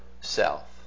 self